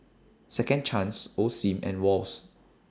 Second Chance Osim and Wall's